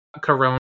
Corona